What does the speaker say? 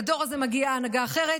לדור הזה מגיעה הנהגה אחרת,